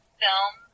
film